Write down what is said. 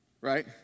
Right